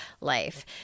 life